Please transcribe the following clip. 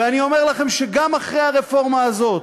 ואני אומר לכם שגם אחרי הרפורמה הזאת,